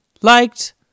liked